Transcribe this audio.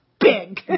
big